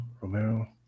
Romero